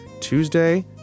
Tuesday